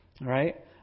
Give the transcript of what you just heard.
right